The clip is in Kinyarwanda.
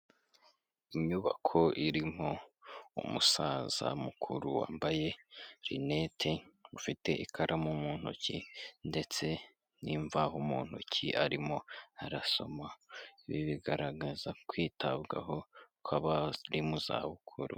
Inyubako iririmo umusaza mukuru wambaye rinete, ufite ikaramu mu ntoki ndetse n'imvaho mu ntonki, arimo arasoma ibi bigaragaza kwitabwaho kw'abari mu zabukuru.